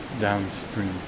downstream